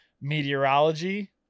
meteorology